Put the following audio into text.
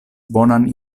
bonan